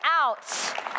out